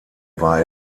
war